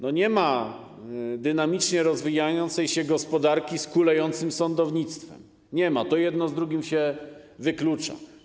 Nie ma dynamicznie rozwijającej się gospodarki z kulejącym sądownictwem, to jedno z drugim się wyklucza.